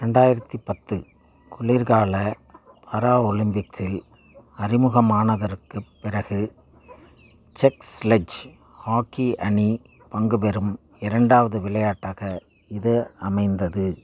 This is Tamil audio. ரெண்டாயிரத்து பத்து குளிர்கால பாரா ஒலிம்பிக்கிஸ்சில் அறிமுகமானதற்குப் பிறகு செக் ஸ்லெட்ஜ் ஹாக்கி அணி பங்குபெறும் இரண்டாவது விளையாட்டாக இது அமைந்தது